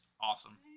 awesome